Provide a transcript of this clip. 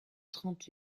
trente